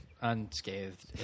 unscathed